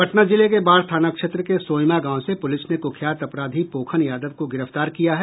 पटना जिले के बाढ़ थाना क्षेत्र के सोंइमा गांव से पुलिस ने कुख्यात अपराधी पोखन यादव को गिरफ्तार किया है